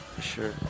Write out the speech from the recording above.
Sure